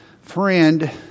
friend